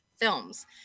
films